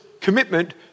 commitment